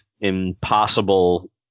impossible